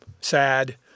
sad